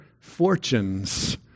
fortunes